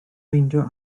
meindio